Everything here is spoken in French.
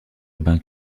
urbain